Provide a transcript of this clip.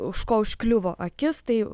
už ko užkliuvo akis tai